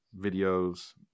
videos